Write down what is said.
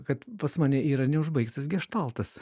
kad pas mane yra neužbaigtas geštaltas